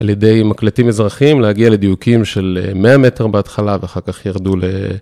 על ידי מקלטים אזרחיים להגיע לדיוקים של 100 מטר בהתחלה ואחר כך ירדו ל...